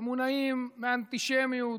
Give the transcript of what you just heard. הם מונעים מאנטישמיות,